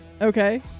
Okay